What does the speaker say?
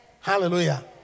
Hallelujah